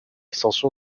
social